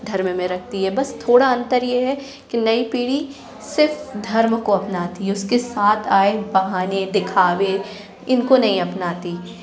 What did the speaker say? धर्म में रहती है बस थोडा अंतर यह है कि नई पीढ़ी सिर्फ़ धर्म को अपनाती है उसके साथ आए बहाने देखावे इनको नहीं अपनाती